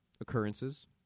occurrences